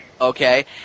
Okay